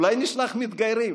אולי נשלח מתגיירים.